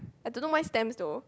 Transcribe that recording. I don't know why stamps though